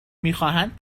میخواهند